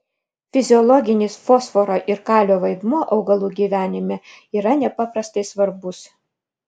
fiziologinis fosforo ir kalio vaidmuo augalų gyvenime yra nepaprastai svarbus